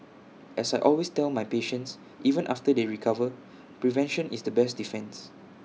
as I always tell my patients even after they recover prevention is the best defence